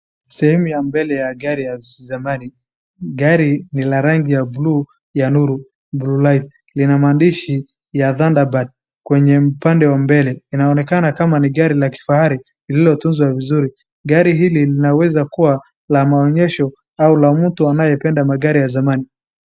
Sehemu ya mbele ya gari ya zamani. Gari ni la rangi ya bluu ya nuru, blue light . Ina maandishi ya thunder bird kwenye upande wa mbele. Inaonekana ni kama gari ya kifahari lilotunzwa vizuri. Gari hili linaweza kuwa la maonyesho au la mtu anayependa magari ya zamani.